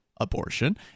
abortion